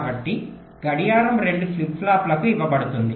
కాబట్టి గడియారం రెండు ఫ్లిప్ ఫ్లాప్లకు ఇవ్వబడుతుంది